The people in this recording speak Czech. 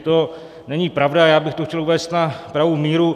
To není pravda, já bych to chtěl uvést na pravou míru.